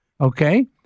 Okay